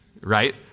right